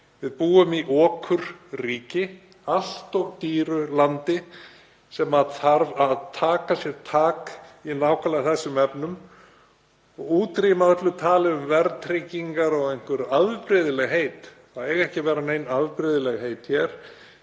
Við búum í okurríki, allt of dýru landi sem þarf að taka sér tak í nákvæmlega þessum efnum og útrýma öllu tali um verðtryggingar og einhver afbrigðilegheit. Það eiga ekki að vera nein afbrigðilegheit hér.